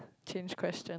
change question